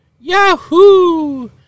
Yahoo